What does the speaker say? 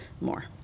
more